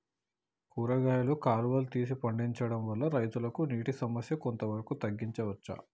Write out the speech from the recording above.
కూరగాయలు కాలువలు తీసి పండించడం వల్ల రైతులకు నీటి సమస్య కొంత వరకు తగ్గించచ్చా?